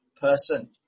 person